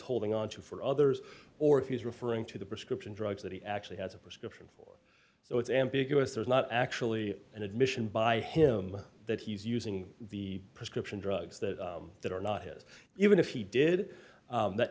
holding onto for others or if he's referring to the prescription drugs that he actually has a prescription so it's ambiguous there's not actually an admission by him that he's using the prescription drugs that that are not his even if he did that